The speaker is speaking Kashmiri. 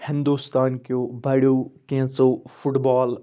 ہندُستانکیو بَڑیو کینٛژو فُٹ بال